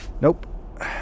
nope